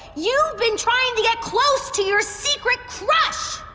you've been trying to get close to your secret crush!